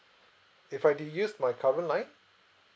if I do use my current line